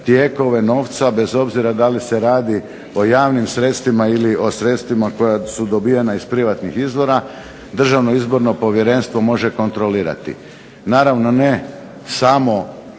tijekove novca bez obzira da li se radi o javnim sredstvima ili o sredstvima koja su dobivena iz privatnih izvora Državno izborno povjerenstvo može kontrolirati. Naravno ne samo